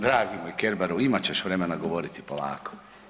Dragi moj kerberu, imat ćeš vremena govoriti, polako.